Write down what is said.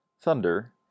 thunder